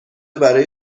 برای